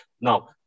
Now